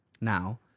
Now